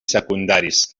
secundaris